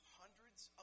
hundreds